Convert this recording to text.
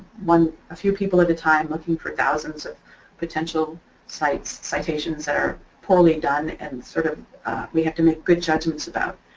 few people at the time, looking for thousands of potential cites, citations that are poorly done and sort of we have to make good judgments about.